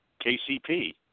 KCP